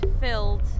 filled